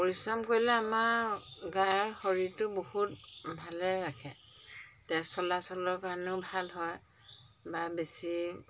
পৰিশ্ৰম কৰিলে আমাৰ গাৰ শৰীৰটো বহুত ভালদৰে ৰাখে তেজ চলাচলৰ কাৰণেও ভাল হয় বা বেছি